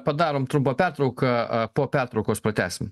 padarom trumpą pertrauką po pertraukos pratęsim